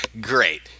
great